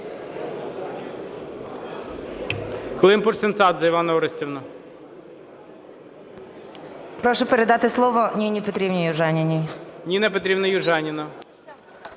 Прошу передати слово Ніні Петрівні Южаніній.